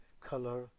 color